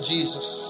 Jesus